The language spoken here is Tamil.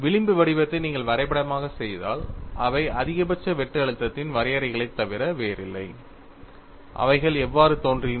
விளிம்பு வடிவத்தை நீங்கள் வரைபடமாக செய்தால் அவை அதிகபட்ச வெட்டு அழுத்தத்தின் வரையறைகளைத் தவிர வேறில்லை அவைகள் எவ்வாறு தோன்றின